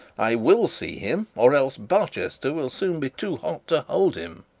i will see him, or else barchester will soon be too hot to hold him